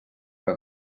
que